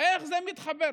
איך זה מתחבר?